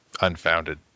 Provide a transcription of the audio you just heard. unfounded